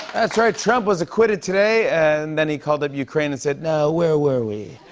that's right. trump was acquitted today. and then he called up ukraine and said, now, where were we?